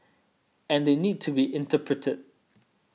and they need to be interpreted